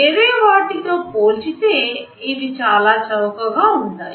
వేరే వాటితో పోల్చితే ఇవి చాలా చౌకగా ఉంటాయి